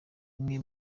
bimwe